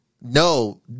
no